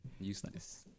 Useless